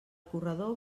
corredor